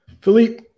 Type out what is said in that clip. Philippe